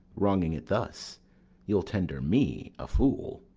wronging it thus you'll tender me a fool.